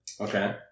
Okay